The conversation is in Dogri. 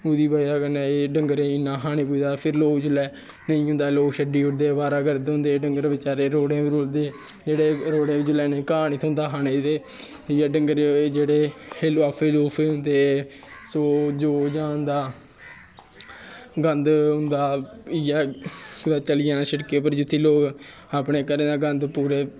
ओह्दी ब'जा कन्नै डंगरें गी हानि पुजदा ते फिर लोक छड्डी ओड़दे अवारागर्द होंदे डंगर बचैरे रोड़ें पर रौंह्दे जिसलै घा निं थ्होंदा रोड़ें पर खाने गी ते डंगर जेह्ड़े एह् लफाफे लफूफे होंदे सौ ज्हान दा होंदा गंद होंदा सड़कें पर जित्थै लोग अपने घरें दा गंद पूरे